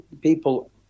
people